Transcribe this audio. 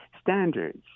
standards